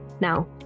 Now